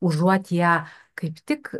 užuot ją kaip tik